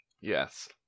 Yes